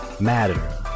matter